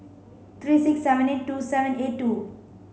three six seven eight two seven eight two